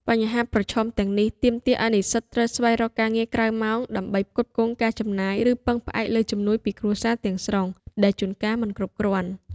បញ្ហាប្រឈមទាំងនេះទាមទារឲ្យនិស្សិតត្រូវស្វែងរកការងារក្រៅម៉ោងដើម្បីផ្គត់ផ្គង់ការចំណាយ ឬពឹងផ្អែកលើជំនួយពីគ្រួសារទាំងស្រុង ដែលជួនកាលមិនគ្រប់គ្រាន់។